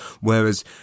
whereas